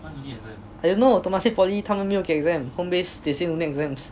eh no temasek poly 他们没有给 exams home based they say don't need exams